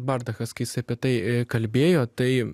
bardachas kai jis apie tai kalbėjo tai